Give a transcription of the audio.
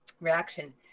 Reaction